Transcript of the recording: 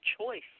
choice